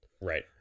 right